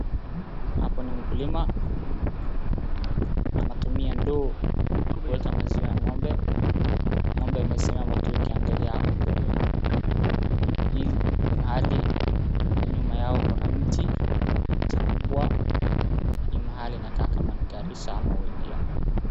Hapa ni mkulima anatumia ndoo kuweka maziwa ya ng'ombe. Ng'ombe imesimama tu ikiangalia hapa mbele. Mahali nyuma yao kuna miti kubwa. Hii mahali inakaa kama ni Garissa ama Wajir.